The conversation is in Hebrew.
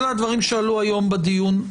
אלה הדברים שעלו היום בדיון.